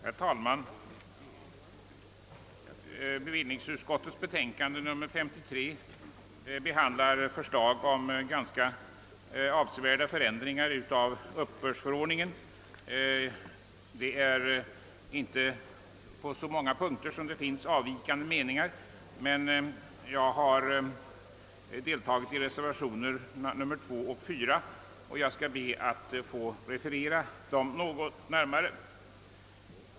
Herr talman! Bevillningsutskottets betänkande nr 53 behandlar förslag om ganska avsevärda förändringar i uppbördsförordningen. Det är inte på så många punkter som det finns avvikande meningar, men jag har anslutit mig till reservationerna nr 2 och 4, och jag skall be att få referera dem litet närmare.